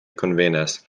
konvenas